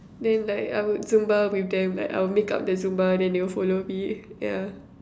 then like I would Zumba with them like I'll make up the Zumba then they will follow me yeah